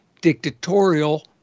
dictatorial